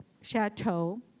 chateau